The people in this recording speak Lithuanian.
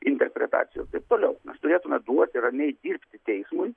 interpretacijų taip toliau mes turėtume duoti ramiai dirbti teismui